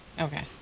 Okay